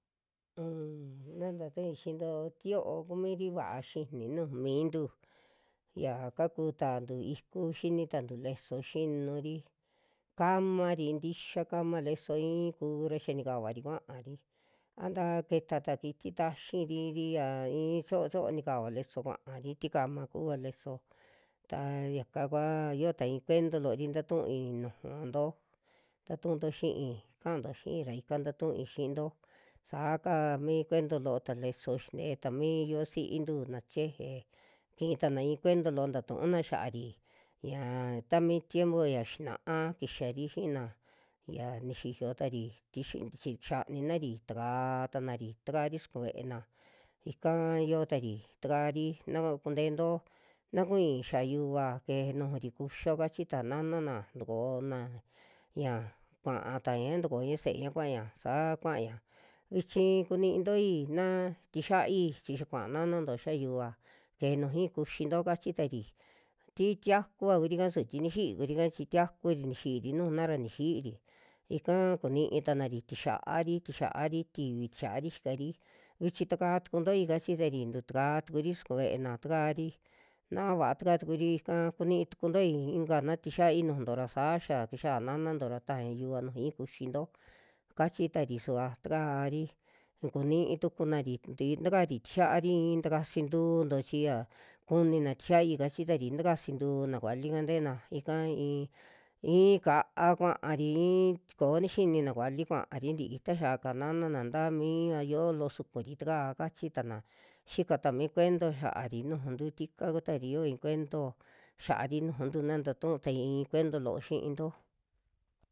Unn na ntatu'ui xiinto tio'o kumiri va'a xini nuju miintu, ya kaku tantu iku xini tantu leso xinuri, kaamari ntixia kaama leso i'i kuura xia nikavari kua'ari a ntaa keta'ta kiti taxiri'ri a i'i choo' choo nikava leso kua'ari ti kama kuuva leso, ta yaka kua i'iyo ta i'i cuento loori tatui nujuvanto, tatuunto xii ka'anto xii ra ika ntatui xiinto saa kaa mi cuento loota leso, xintee ta mi yuvasintu na cheje kii tana i'i cuento loo taa tu'una xiaari ña tami tiempo ya xina'a kixari xi'ina ya nixiyo tari tixi ntix xianinari takaa tanari takari suku ve'ena, ika yo'otari takari yo'o kunteento na kui xa'a yuva keje nu'uri kuxio kachi ta nana'na takoonaña, kua'anaña tukuña se'eña kuaña saa kuaña, vichi kuniintoi na tixia'ai chi xaa kuaa nananto xa'a yuva keje nu'ui kuxinto kachitari, ti tiakuva kurika suvi ti ni xi'i kurika, chi tiakuri nixi'iri nujuna ra ni xi'iri, ika kunii tanari tixaari, tixiaari tiivi tixiari xikari vichi takaa tukuntoi kachitari, tu'tukaa tukuri suku ve'ena takari na'avaa taka tukuri ika kunii tukuntoi inka na tixiaai nu'unto ra saa xa kixia nananto ra tajaña yuva nujui kuxinto, kachi tari suva takaari kunii tukunari ti takari tixiaari i'i takasi ntuunto chi ya kunina tixiaai kachitari takasi ntuu na valika nte'ena ika i'i, i'i ka'a kuari i'i chi koo nixinina vali kuari ntii, ta xia ka nana'na ntaa mia yo'ó loo sukuri taka, kachitana xika ta mi cuento xaari nujutu tika kuutari yoo i'i cuento xa'ari nujuntu na ntatuu tai i'i cuento loo xi'into.